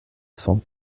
cent